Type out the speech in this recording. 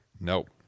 Nope